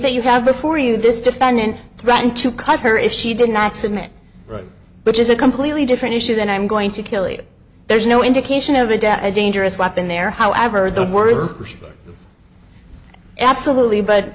that you have before you this defendant threatened to cut her if she did not submit which is a completely different issue than i'm going to kill it there's no indication of a death a dangerous weapon there however the words absolutely but